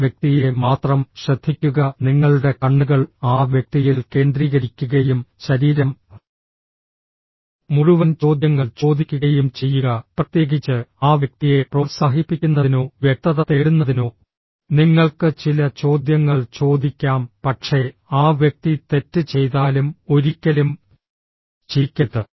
ആ വ്യക്തിയെ മാത്രം ശ്രദ്ധിക്കുക നിങ്ങളുടെ കണ്ണുകൾ ആ വ്യക്തിയിൽ കേന്ദ്രീകരിക്കുകയും ശരീരം മുഴുവൻ ചോദ്യങ്ങൾ ചോദിക്കുകയും ചെയ്യുക പ്രത്യേകിച്ച് ആ വ്യക്തിയെ പ്രോത്സാഹിപ്പിക്കുന്നതിനോ വ്യക്തത തേടുന്നതിനോ നിങ്ങൾക്ക് ചില ചോദ്യങ്ങൾ ചോദിക്കാം പക്ഷേ ആ വ്യക്തി തെറ്റ് ചെയ്താലും ഒരിക്കലും ചിരിക്കരുത്